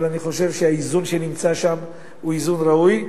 אבל אני חושב שהאיזון שנמצא שם הוא איזון ראוי,